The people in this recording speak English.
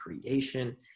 creation